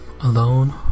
alone